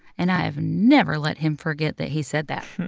and i have never let him forget that he said that